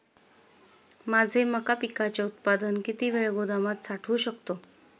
माझे मका पिकाचे उत्पादन किती वेळ गोदामात साठवू शकतो?